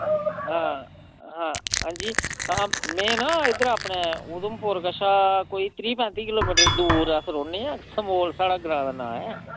हां हां अंजी महां में ना इद्धरा अपने उधमपुर कशा कोई त्रीह् पैंती किलोमीटर दूर अस रौह्न्नें आं समोल साढ़ा ग्रांऽ दा नांऽ ऐ